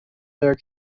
their